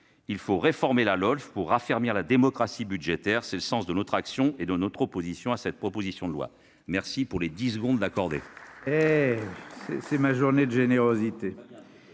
Il faut réformer la LOLF pour raffermir la démocratie budgétaire. C'est le sens de notre action, et de notre opposition à ces propositions de loi. La parole est à M. Vincent